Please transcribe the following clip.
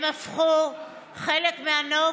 הם הפכו חלק מהנוף,